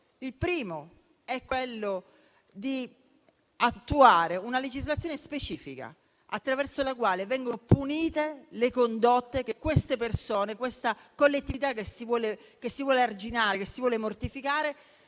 Il primo nodo è attuare una legislazione specifica attraverso la quale vengono punite le condotte che quelle persone, la collettività che si vuole arginare e mortificare